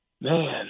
Man